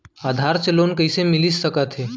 आधार से लोन कइसे मिलिस सकथे?